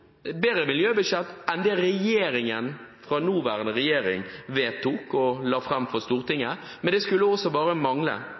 bedre miljøbudsjett nå enn det som den nåværende regjeringen la fram for